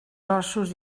ossos